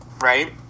right